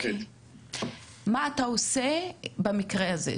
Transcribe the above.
מה אתה עושה במקרה הזה?